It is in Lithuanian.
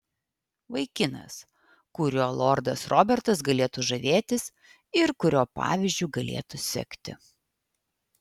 vaikinas kuriuo lordas robertas galėtų žavėtis ir kurio pavyzdžiu galėtų sekti